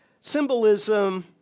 Symbolism